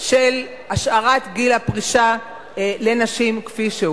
של השארת גיל הפרישה לנשים כפי שהוא.